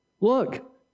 look